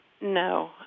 no